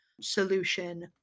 solution